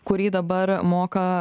kurį dabar moka